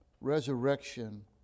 resurrection